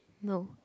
no